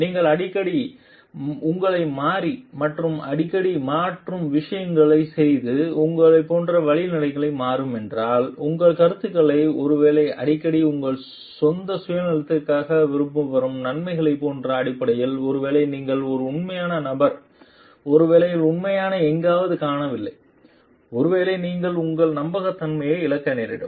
நீங்கள் அடிக்கடி போன்ற உங்களை மாறி மற்றும் அடிக்கடி மாறும் விஷயங்களை செய்து உங்கள் போன்ற வழிகளில் மாறும் என்றால் உங்கள் கருத்துக்களை ஒருவேளை அடிக்கடி உங்கள் சொந்த சுயநலத்திற்காக விரும்ப வரும் நன்மைகள் போன்ற அடிப்படையில் ஒருவேளை நீங்கள் ஒரு உண்மையான நபர் ஒருவேளை உண்மையான எங்காவது காணவில்லை ஒருவேளை நீங்கள் உங்கள் நம்பகத் தன்மையை இழக்க நேரிடும்